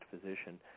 physician